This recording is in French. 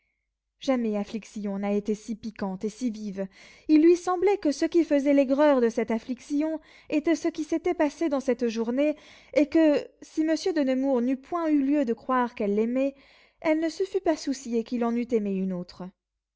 jamais affliction n'a été si piquante et si vive il lui semblait que ce qui faisait l'aigreur de cette affliction était ce qui s'était passé dans cette journée et que si monsieur de nemours n'eût point eu lieu de croire qu'elle l'aimait elle ne se fût pas souciée qu'il en eût aimé une autre